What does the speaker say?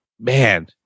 man